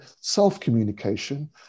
self-communication